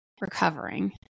recovering